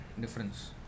Difference